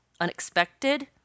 unexpected